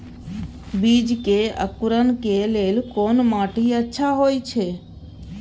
बीज के अंकुरण के लेल कोन माटी अच्छा होय छै?